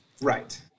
right